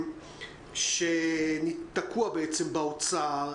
שתקוע בעצם באוצר,